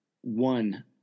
one